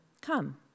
come